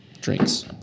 drinks